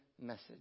message